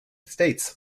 states